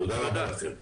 תודה רבה לכם.